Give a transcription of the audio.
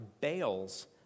bales